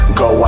go